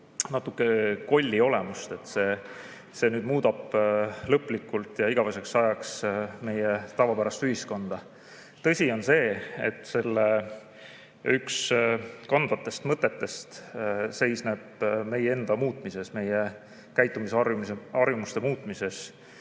natuke kolli olemust: see nagu muudab nüüd lõplikult ja igaveseks ajaks meie tavapärast ühiskonda. Tõsi on see, et üks selle kandvatest mõtetest seisneb meie enda muutmises, meie käitumisharjumuste muutmises.